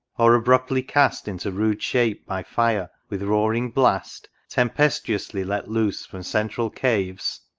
or abruptly cast into rude shape by fire, with roaring blast tempestuously let loose from central caves?